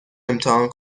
امتحان